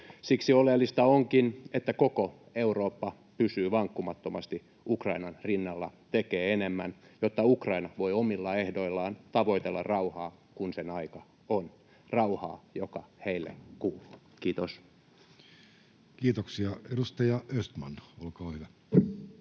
Siksi oleellista onkin, että koko Eurooppa pysyy vankkumattomasti Ukrainan rinnalla ja tekee enemmän, jotta Ukraina voi omilla ehdoillaan tavoitella rauhaa, kun sen aika on — rauhaa, joka heille kuuluu. — Kiitos. Kiitoksia. — Edustaja Östman, olkaa hyvä.